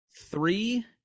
three